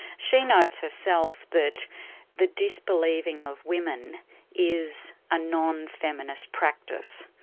she notes herself that the disbelieving of women is a non-feminist practice.